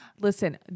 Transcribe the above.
Listen